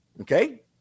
Okay